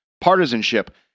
partisanship